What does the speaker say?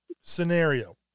scenario